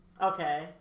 Okay